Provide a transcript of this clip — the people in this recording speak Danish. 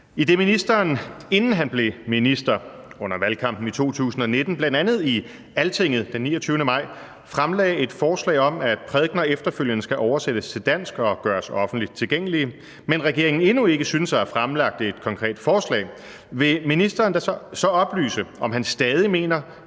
Idet ministeren, inden han blev minister, under valgkampen i 2019 – bl.a. i Altinget den 29. maj – fremlagde et forslag om, at prædikener efterfølgende skal oversættes til dansk og gøres offentligt tilgængelige, men regeringen endnu ikke synes at have fremlagt et konkret forslag, vil ministeren så oplyse, om han stadig mener